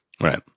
Right